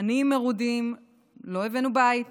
עניים מרודים לא הבאנו בית